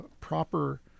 proper